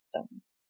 systems